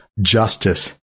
justice